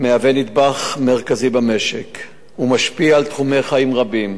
מהווה נדבך מרכזי במשק ומשפיע על תחומי חיים רבים